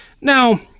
Now